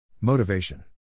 Motivation